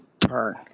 turn